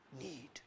need